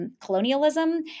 colonialism